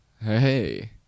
Hey